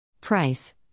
Price